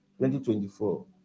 2024